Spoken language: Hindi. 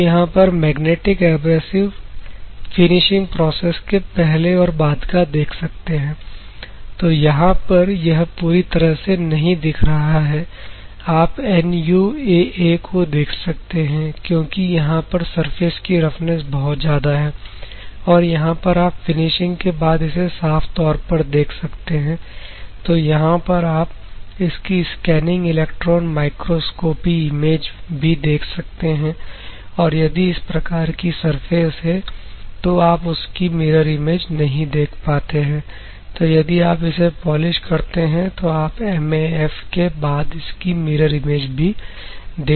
आप यहां पर मैग्नेटिक एब्रेसिव फिनिशिंग प्रोसेस के पहले और बाद का देख सकते हैं तो यहां पर यह पूरी तरह से नहीं दिख रहा है आप NUAA को देख सकते हैं क्योंकि यहां पर सरफेस की रफनेस बहुत ज्यादा है और यहां पर आप फिनिशिंग के बाद इसे साफ तौर पर देख सकते हैं तो यहां पर आप इसकी स्कैनिंग इलेक्ट्रॉन माइक्रोस्कॉपी इमेज भी देख सकते हैं और यदि इस प्रकार की सरफेस है तो आप उसकी मिरर इमेज नहीं देख पाते हैं तो यदि आप इसे पॉलिश करते हैं तो आप MAF के बाद इसकी मिरर इमेज भी देख पाते हैं